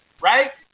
right